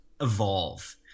evolve